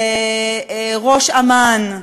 את ראש אמ"ן,